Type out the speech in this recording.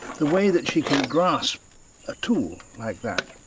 the way that she can grasp a tool like that.